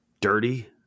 dirty